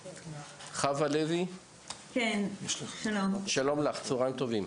סוציאלית ראשית לפי חוק הנוער מהמשרד הרווחה והביטחון החברתי.